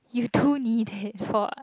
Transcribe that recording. you do need it for what